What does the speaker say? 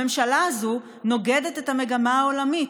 הממשלה הזאת נוגדת את המגמה העולמית,